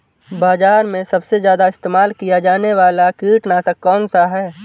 बाज़ार में सबसे ज़्यादा इस्तेमाल किया जाने वाला कीटनाशक कौनसा है?